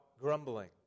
grumbling